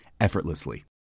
effortlessly